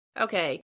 Okay